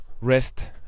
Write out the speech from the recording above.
rest